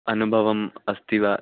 अनुभवः अस्ति वा